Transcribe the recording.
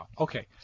Okay